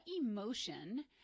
emotion